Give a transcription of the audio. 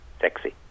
sexy